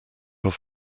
off